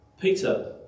peter